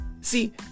see